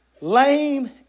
Lame